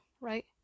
right